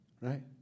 Right